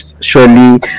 surely